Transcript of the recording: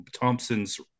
Thompson's